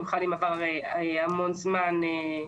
במיוחד אם חלף הרבה זמן מהחיסון,